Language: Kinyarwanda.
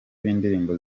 b’indirimbo